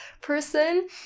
person